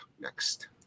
Next